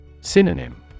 Synonym